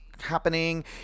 happening